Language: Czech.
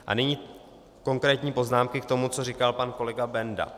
A nyní konkrétní poznámky k tomu, co říkal pan kolega Benda.